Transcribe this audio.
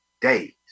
days